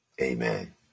Amen